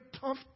tough